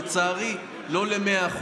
לצערי לא ל-100%,